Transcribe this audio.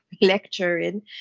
lecturing